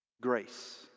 grace